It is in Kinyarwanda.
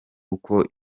uko